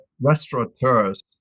restaurateurs